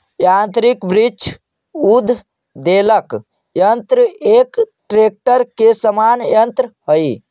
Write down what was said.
यान्त्रिक वृक्ष उद्वेलक यन्त्र एक ट्रेक्टर के समान यन्त्र हई